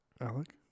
Alec